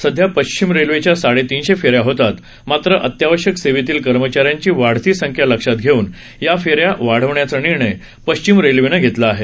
सध्या पश्चिम रेल्वेच्या साडेतीनशे फेऱ्या होतात मात्र अत्यावश्यक सेवेतील कर्मचाऱ्यांची वाढती संख्या लक्षात घेऊन या फेऱ्या वाढवण्याचा निर्णय पश्चिम रेल्वेनं घेतला आहे